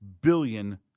billion